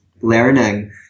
learning